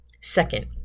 second